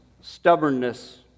stubbornness